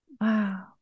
Wow